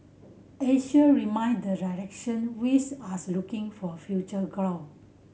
Asia remain the direction which as looking for future growth